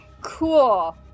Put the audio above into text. cool